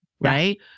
right